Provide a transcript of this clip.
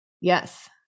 Yes